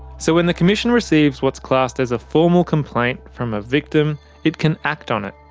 so, when the commission receives what's classed as a formal complaint, from a victim, it can act on it.